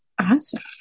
Awesome